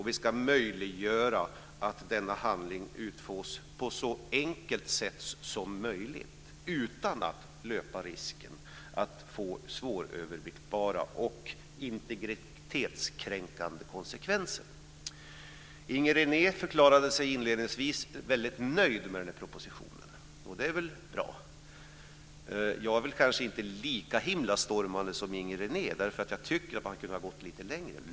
Vi ska möjliggöra att denna handling utfås på ett så enkelt sätt som möjligt utan att löpa risken att få svåröverblickbara och integritetskränkande konsekvenser. Inger René förklarade sig inledningsvis vara väldigt nöjd med propositionen, och det är väl bra. Jag är kanske inte lika himlastormande nöjd som Inger René, därför att jag tycker att man kunde ha gått lite längre.